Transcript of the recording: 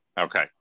Okay